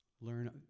Learn